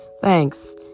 Thanks